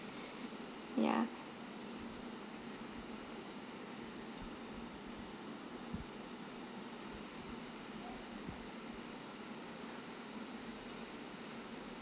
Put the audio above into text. ya